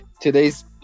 today's